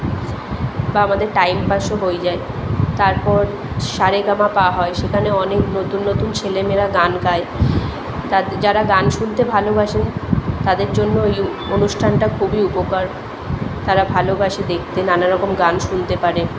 বা আমাদের টাইম পাসও হয়ে যায় তারপর সারেগামাপা হয় সেখানে অনেক নতুন নতুন ছেলে মেয়েরা গান গায় তাদে যারা গান শুনতে ভালোবাসেন তাদের জন্য এই অনুষ্ঠানটা খুবই উপকার তারা ভালোবাসে দেখতে নানা রকম গান শুনতে পারে